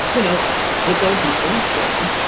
you know, it hits old people shore.